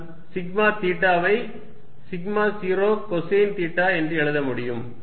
நான் σ தீட்டாவை σ0 கொசைன் தீட்டா என்று எழுத முடியும்